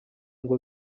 ngo